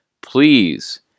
please